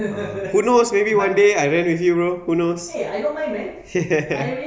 ah who knows maybe one day I rent with you bro who knows